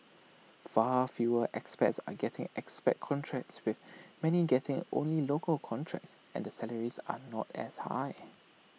far fewer expats are getting expat contracts with many getting only local contracts and the salaries are not as high